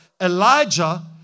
Elijah